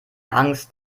angst